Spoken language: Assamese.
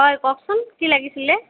হয় কওকচোন কি লাগিছিলে